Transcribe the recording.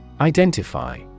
Identify